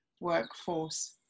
workforce